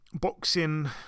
boxing